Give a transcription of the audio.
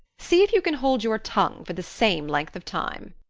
see if you can hold your tongue for the same length of time.